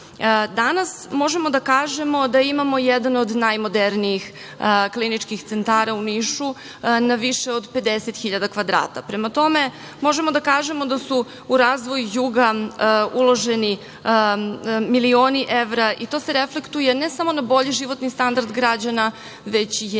stan. Danas možemo da kažemo da imamo jedan od najmodernijih kliničkih centara u Nišu na više od 50.000 kvadrata. Prema tome možemo da kažemo da su u razvoj juga uloženi milioni evra i to se reflektuje ne samo na bolji životni standard građana, već je sada